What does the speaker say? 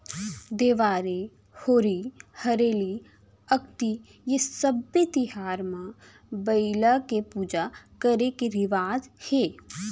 देवारी, होरी हरेली, अक्ती ए सब्बे तिहार म बइला के पूजा करे के रिवाज हे